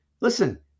listen